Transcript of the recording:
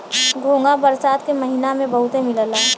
घोंघा बरसात के महिना में बहुते मिलला